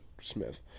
Smith